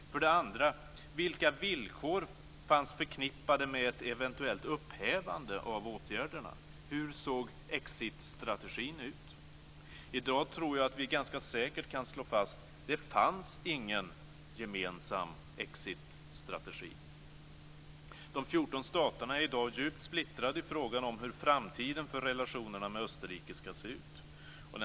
För det andra: Vilka villkor fanns förknippade med ett eventuellt upphävande av åtgärderna? Hur såg exit-strategin ut? I dag tror jag att vi ganska säkert kan slå fast att det inte fanns någon gemensam exitstrategi. De 14 staterna är i dag djupt splittrade i frågan om hur framtiden för relationerna med Österrike ska se ut.